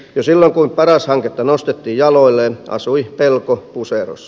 jo silloin kun paras hanketta nostettiin jaloilleen asui pelko puserossa